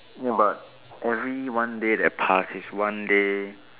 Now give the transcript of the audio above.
ya but every one day that pass is one day